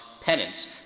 penance